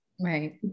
Right